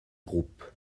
groupe